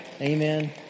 Amen